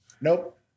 Nope